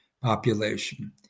population